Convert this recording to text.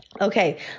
Okay